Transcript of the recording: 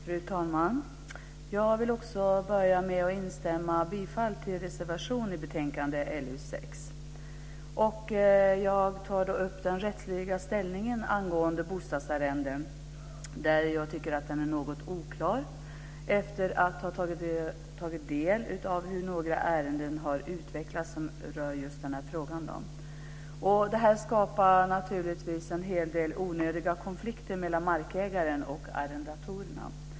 Fru talman! Jag vill börja med att instämma i yrkandet om bifall till reservationen i betänkande LU6. Jag tycker att den rättsliga ställningen angående bostadsarrende är något oklar efter att ha tagit del av hur några ärenden har utvecklats som rör just denna fråga. Detta skapar naturligtvis en hel del onödiga konflikter mellan markägarna och arrendatorerna.